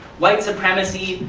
white supremacy,